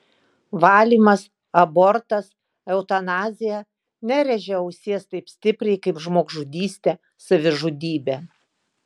valymas abortas eutanazija nerėžia ausies taip stipriai kaip žmogžudystė savižudybė